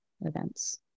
events